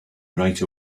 right